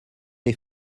des